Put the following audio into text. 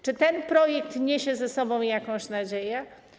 Czy ten projekt niesie ze sobą jakąś nadzieję?